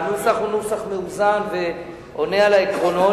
הנוסח הוא נוסח מאוזן ועונה על העקרונות